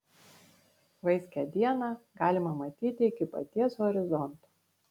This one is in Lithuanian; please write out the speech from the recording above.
vaiskią dieną galima matyti iki paties horizonto